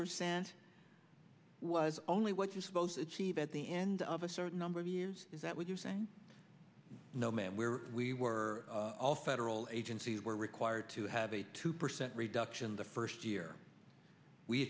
percent was only what you're supposed to achieve at the end of a certain number of years is that what you're saying no matter where we were all federal agencies were required to have a two percent reduction in the first year we